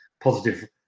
positive